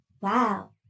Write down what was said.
Wow